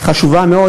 חשובה מאוד,